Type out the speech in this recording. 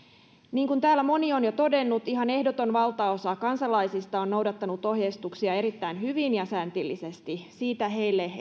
niin kuin täällä moni on jo todennut valtaosa kansalaisista on noudattanut ohjeistuksia erittäin hyvin ja säntillisesti siitä heille erittäin iso